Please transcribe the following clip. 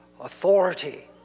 authority